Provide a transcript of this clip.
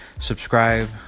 Subscribe